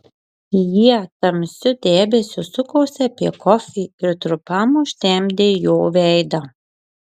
jie tamsiu debesiu sukosi apie kofį ir trumpam užtemdė jo veidą